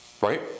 Right